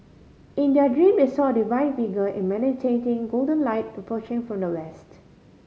in their dream they saw a divine figure emanating golden light approaching from the west